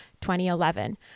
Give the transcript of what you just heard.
2011